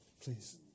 please